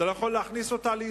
אתה לא יכול להכניס אותה לישראל.